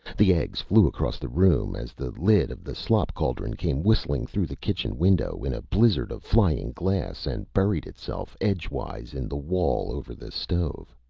the eggs flew across the room as the lid of the slop cauldron came whistling through the kitchen window in a blizzard of flying glass and buried itself, edgewise, in the wall over the stove.